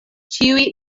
ĉiuj